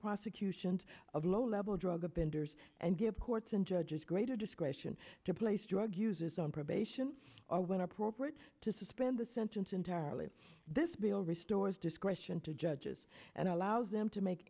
prosecutions of low level drug or benders and give courts and judges greater discretion to place drug users on probation or when appropriate to suspend the sentence entirely this bill restores discretion to judges and allows them to make